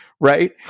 right